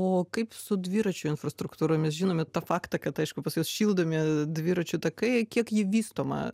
o kaip su dviračių infrastruktūromis žinome tą faktą kad aišku pas jus šildomi dviračių takai kiek ji vystoma